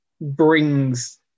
brings